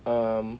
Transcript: um